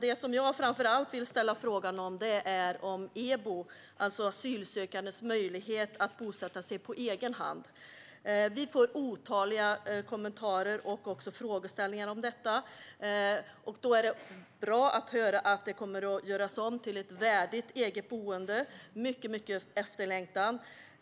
Det som jag framför allt vill fråga om är EBO, alltså asylsökandes möjlighet att bosätta sig på egen hand. Vi får otaliga kommentarer och frågor om detta. Det känns bra att höra att det kommer att göras om till ett värdigt eget boende - det är mycket efterlängtat.